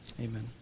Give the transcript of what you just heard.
amen